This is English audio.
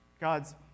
God's